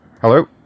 Hello